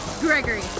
Gregory